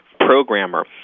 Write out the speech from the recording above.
programmer